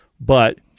But-